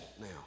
now